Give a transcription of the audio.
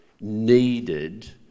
needed